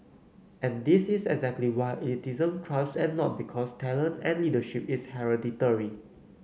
and this is exactly why elitism thrives and not because talent and leadership is hereditary